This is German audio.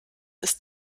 ist